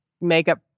makeup